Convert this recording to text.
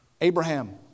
Abraham